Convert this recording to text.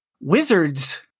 wizards